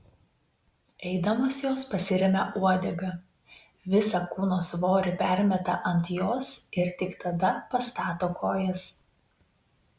eidamos jos pasiremia uodega visą kūno svorį permeta ant jos ir tik tada pastato kojas